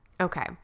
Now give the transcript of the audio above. Okay